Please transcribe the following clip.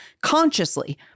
consciously